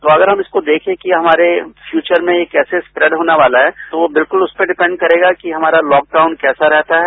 तो अगर हम इसको देखे कि हमारे फ्यूचर में कैसे स्परेड होने वाला है तो वह बिल्कुल उस पर डिपेंड करेगा कि हमारा लॉकडाउन कैसा रहता है